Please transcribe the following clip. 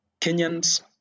Kenyans